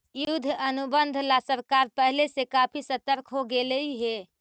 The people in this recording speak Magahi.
युद्ध अनुबंध ला सरकार पहले से काफी सतर्क हो गेलई हे